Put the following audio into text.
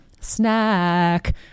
Snack